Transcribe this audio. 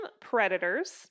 predators